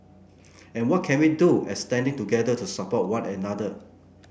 and what can we do as standing together to support one another